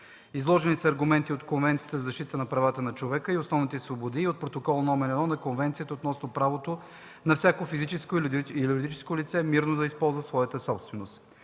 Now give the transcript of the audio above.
Изложени са аргументи от Конвенцията за защита на правата на човека и основните свободи и от Протокол № 1 към Конвенцията относно правото на всяко физическо или юридическо лице мирно да използва своята собственост.